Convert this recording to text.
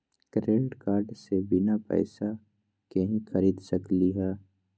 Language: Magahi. क्रेडिट कार्ड से बिना पैसे के ही खरीद सकली ह?